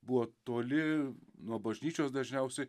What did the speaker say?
buvo toli nuo bažnyčios dažniausiai